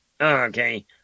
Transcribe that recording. Okay